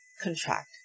contract